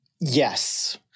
Yes